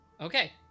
Okay